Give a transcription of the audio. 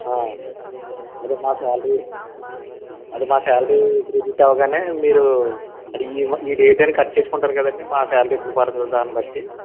అదే మా శాలరీ అదే మా శాలరీ క్రెడిట్ అవ్వగానే మీరు ఈ మ ఈ డేట్ అని కట్ చేసుకుంటారు కదండి మా శాలరీ ఎప్పుడు పడుతుందో దాన్ని బట్టి